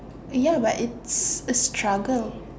you know right it's a struggle